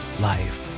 life